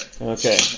Okay